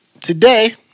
today